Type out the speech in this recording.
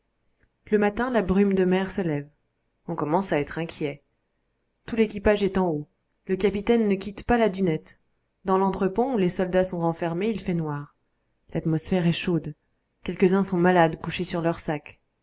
le matin la brume de mer se lève on commence à être inquiet tout l'équipage est en haut le capitaine ne quitte pas la dunette dans lentre pont où les soldats sont renfermés il fait noir l'atmosphère est chaude quelques-uns sont malades couchés sur leurs sacs